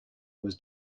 was